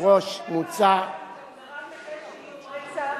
יהיה רצח